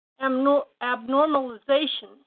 abnormalization